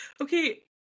okay